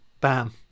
bam